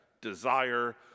desire